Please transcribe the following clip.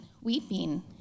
weeping